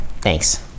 Thanks